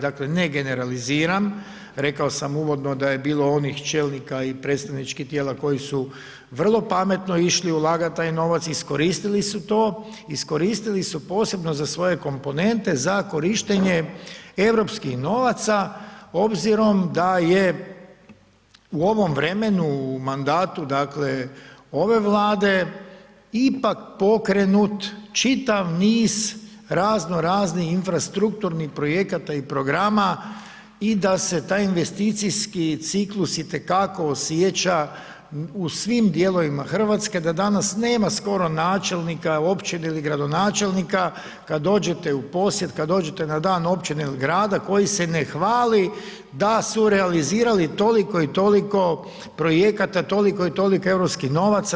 Dakle ne generaliziram, rekao sam uvodno da je bilo onih čelnika i predstavničkih tijela koji su vrlo pametno išli ulagati taj novac, iskoristili su to, iskoristili su posebno za svoje komponente za korištenje europskih novaca obzirom da je u ovom vremenu u mandatu dakle ove Vlade ipak pokrenut čitav niz razno raznih infrastrukturnih projekata i programa i da se taj investicijski ciklus itekako osjeća u svim dijelovima Hrvatske da danas nema skoro načelnika općine ili gradonačelnika kada dođete u posjed, kada dođete na dan općine ili grada koji se ne hvali da su realizirali toliko i toliko projekata, toliko i toliko europskih novaca.